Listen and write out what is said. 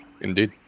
Indeed